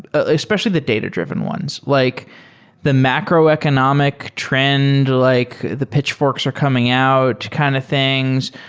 especially the data-driven ones. like the macroeconomic trend, like the pitchforks are coming out kind of things.